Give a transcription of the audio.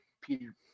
Peter